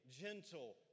gentle